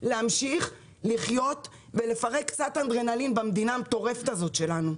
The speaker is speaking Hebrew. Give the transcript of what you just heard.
להמשיך לחיות ולפרק קצת אדרנלין במדינה המטורפת הזאת שלנו.